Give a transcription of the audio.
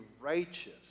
righteous